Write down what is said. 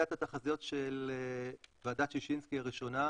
את התחזיות של ועדת ששינסקי הראשונה,